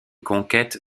conquête